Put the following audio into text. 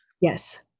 yes